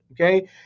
okay